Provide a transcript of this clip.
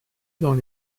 dans